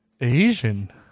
Asian